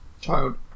child